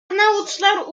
arnavutlar